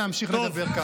תרגיע.